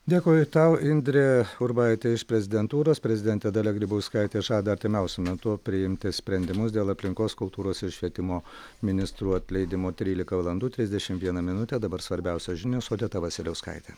dėkoju tau indrė urbaitė iš prezidentūros prezidentė dalia grybauskaitė žada artimiausiu metu priimti sprendimus dėl aplinkos kultūros ir švietimo ministrų atleidimo trylika valandų trisdešimt viena minutė dabar svarbiausios žinios odeta vasiliauskaitė